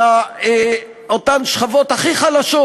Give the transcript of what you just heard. על אותן שכבות הכי חלשות,